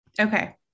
Okay